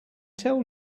tell